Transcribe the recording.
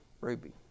Ruby